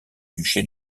duché